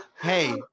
Hey